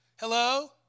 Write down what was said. Hello